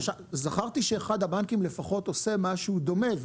זכרתי שאחד הבנקים לפחות עושה משהו דומה.